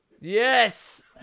yes